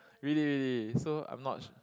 really really so I'm not